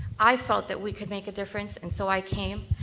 i felt that we could make a difference, and so i came.